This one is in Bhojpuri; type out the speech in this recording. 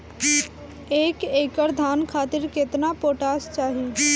एक एकड़ धान खातिर केतना पोटाश चाही?